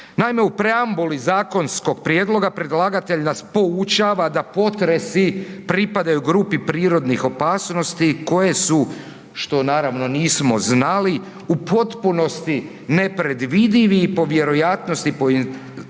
Naime, u preambuli zakonskog prijedloga predlagatelj nas poučava da potresi pripadaju grupi prirodnih opasnosti koje su, što naravno nismo znali, u potpunosti nepredvidivi po vjerojatnosti i intenzitetu,